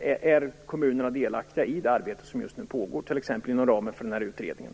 Är kommunerna delaktiga i det arbete som nu pågår, t.ex. inom ramen för utredningen?